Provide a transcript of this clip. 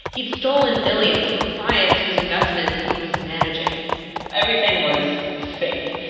he'd stolen billions from clients whose investments he was managing everything was fake,